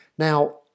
Now